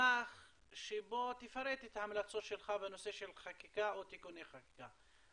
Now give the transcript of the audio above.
מסמך שבו תפרט את ההמלצות שלך בנושא של חקיקה או תיקוני חקיקה.